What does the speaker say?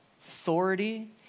authority